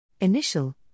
Initial